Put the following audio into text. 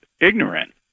ignorant